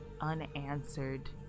unanswered